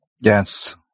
Yes